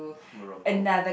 Moroco